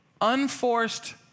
unforced